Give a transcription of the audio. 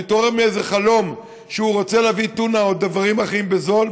להתעורר מאיזה חלום שהוא רוצה להביא טונה או דברים אחרים בזול,